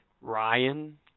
Ryan